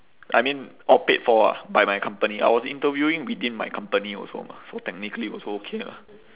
I mean all paid for ah by my company I was interviewing within my company also mah so technically it was okay lah